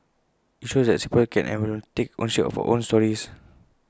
IT shows that Singaporeans can and will take ownership of our own stories